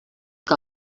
que